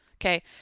Okay